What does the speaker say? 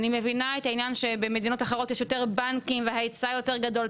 אני מבינה את העניין שבמדינות אחרות יש יותר בנקים ושההיצע יותר גדול,